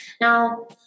Now